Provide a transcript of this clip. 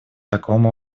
таком